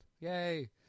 Yay